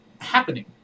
happening